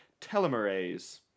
telomerase